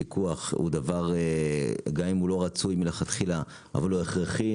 פיקוח גם אם הוא לא רצוי מלכתחילה הוא הכרחי,